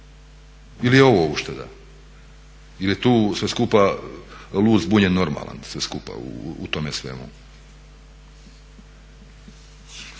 ili je ovo ušteda, ili je tu sve skupa lud, zbunjen, normalan sve skupa u tome svemu?